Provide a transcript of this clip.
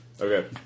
Okay